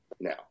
now